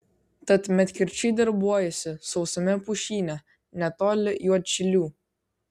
tad medkirčiai darbuojasi sausame pušyne netoli juodšilių